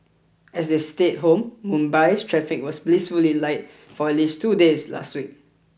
as they stayed home Mumbai's traffic was blissfully light for at least two days last week